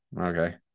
okay